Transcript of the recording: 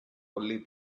only